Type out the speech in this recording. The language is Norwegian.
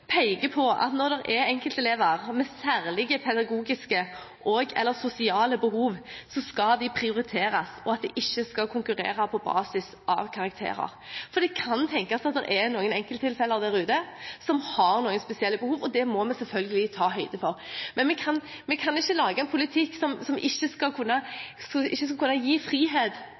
peker på at når det er enkeltelever med særlige pedagogiske og/eller sosiale behov, skal de prioriteres, og de skal ikke konkurrere på basis av karakterer, for det kan tenkes at det er noen enkelttilfeller der ute som har noen spesielle behov, og det må vi selvfølgelig ta høyde for. Vi kan ikke lage en politikk som ikke skal kunne